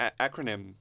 acronym